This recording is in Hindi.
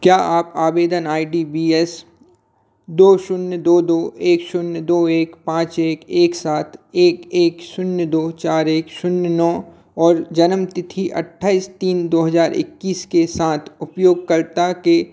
क्या आप आवेदन आई डी बी एस दो शून्य दो दो एक शून्य दो एक पाँच एक एक सात एक एक शून्य दो चार एक शून्य नौ और जन्म तिथि अट्ठाईस तीन दो हजार इक्कीस के साथ उपयोगकर्ता के